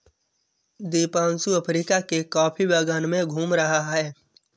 Deepanshu Africa के coffee बागान में घूम रहा है